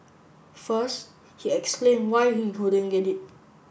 first he explain why he couldn't get it